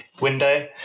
window